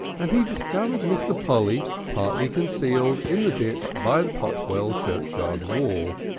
and he discovered mr. polly partially concealed in the ditch by the potwell churchyard wall.